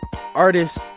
artists